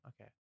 okay